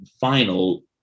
final